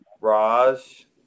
Raj